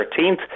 13th